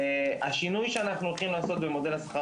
השינוי שאנחנו הולכים לעשות במודל השכר